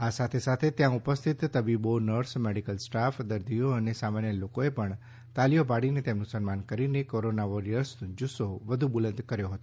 આ સાથેસાથે ત્યાં ઉપસ્થિત તબીબો નર્સ મેડિકલ સ્ટાફ દર્દીઓ અને સામાન્ય લોકોએ પણ તાલીઓ પાડીને તેમનું સન્માન કરીને કોરોના વોરિયર્સનો જુસ્સો વધુ બુલંદ કર્યો હતો